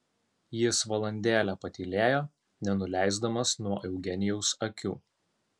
jis valandėlę patylėjo nenuleisdamas nuo eugenijaus akių